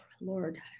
lord